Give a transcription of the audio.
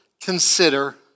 consider